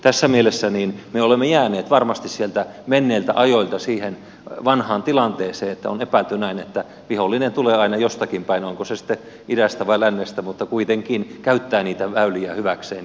tässä mielessä me olemme jääneet varmasti sieltä menneiltä ajoilta siihen vanhaan tilanteeseen että on epäilty näin että vihollinen tulee aina jostakin päin onko se sitten idästä vai lännestä mutta kuitenkin se käyttää niitä väyliä hyväkseen